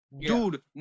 dude